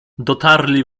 dotarli